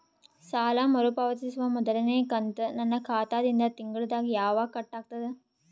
ಸಾಲಾ ಮರು ಪಾವತಿಸುವ ಮೊದಲನೇ ಕಂತ ನನ್ನ ಖಾತಾ ದಿಂದ ತಿಂಗಳದಾಗ ಯವಾಗ ಕಟ್ ಆಗತದ?